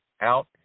out